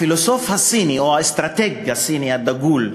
הפילוסוף הסיני, או האסטרטג הסיני הדגול,